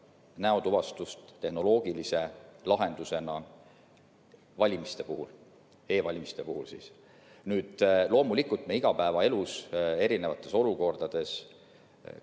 näotuvastust tehnoloogilise lahendusena valimiste puhul, e‑valimiste puhul siis. Loomulikult, me igapäevaelus erinevates olukordades näotuvastust